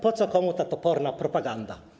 Po co komu ta toporna propaganda?